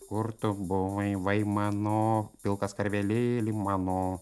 kur tu buvai vai mano pilkas karvelėli mano